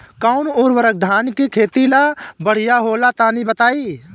कौन उर्वरक धान के खेती ला बढ़िया होला तनी बताई?